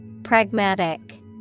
Pragmatic